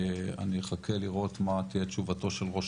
אני אחכה לראות מה תהיה תשובתו של ראש